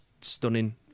stunning